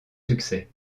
succès